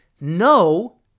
No